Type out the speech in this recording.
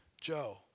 Joe